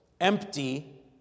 empty